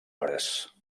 hores